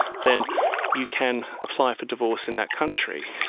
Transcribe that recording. then you can apply for divorce in that country.